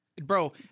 Bro